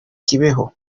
kibeho